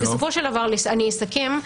אני אסכם.